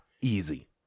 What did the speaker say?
easy